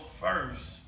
first